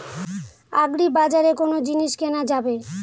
আগ্রিবাজারে কোন জিনিস কেনা যাবে?